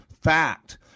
fact